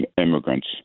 immigrants